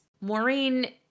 Maureen